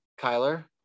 Kyler